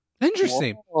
Interesting